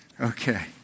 Okay